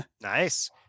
Nice